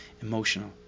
emotional